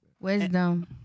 Wisdom